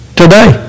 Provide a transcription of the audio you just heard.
today